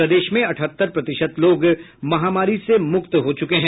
प्रदेश में अठहत्तर प्रतिशत लोग महामारी से मुक्त हो चुके है